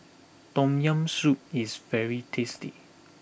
Tom Yam Soup is very tasty